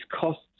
costs